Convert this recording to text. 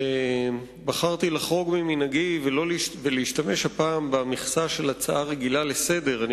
ובחרתי לחרוג ממנהגי ולהשתמש הפעם במכסה של הצעה רגילה לסדר-היום,